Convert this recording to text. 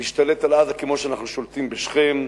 נשתלט על עזה כמו שאנחנו שולטים בשכם,